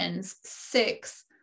six